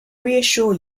reassure